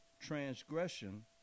transgression